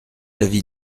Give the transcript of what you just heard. l’avis